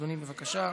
אדוני, בבקשה.